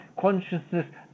consciousness